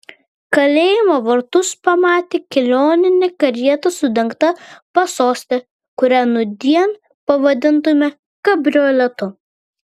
kalėjimo vartus pamatė kelioninę karietą su dengta pasoste kurią nūdien pavadintumėm kabrioletu